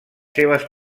seves